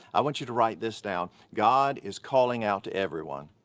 i want you to write this down. god is calling out to everyone.